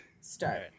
Start